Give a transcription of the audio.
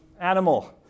animal